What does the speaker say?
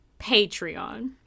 Patreon